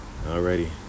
Alrighty